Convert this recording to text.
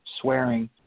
swearing